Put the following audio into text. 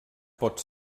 pot